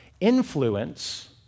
Influence